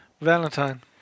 valentine